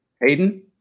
Hayden